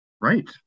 Right